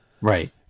Right